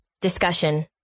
Discussion